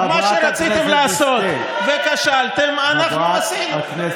חלק מהשותפים שלכם פרסמו הודעות רשמיות על כך שמפלגת